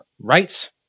rights